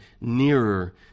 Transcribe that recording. nearer